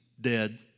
dead